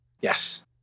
Yes